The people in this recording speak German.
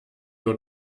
nur